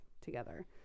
together